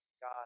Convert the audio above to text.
God